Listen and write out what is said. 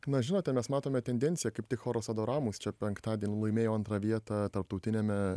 na žinote mes matome tendenciją kaip tik choras adoramus čia penktadienį laimėjo antrą vietą tarptautiniame